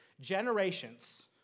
generations